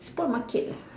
spoil market lah